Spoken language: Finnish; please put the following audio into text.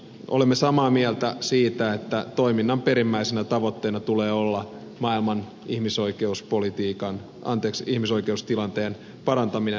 olemme samaa mieltä siitä että toiminnan perimmäisenä tavoitteena tulee olla maailman ihmisoikeustilanteen parantaminen